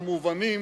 המובנים,